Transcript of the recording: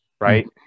right